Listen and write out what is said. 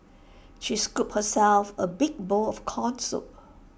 she scooped herself A big bowl of Corn Soup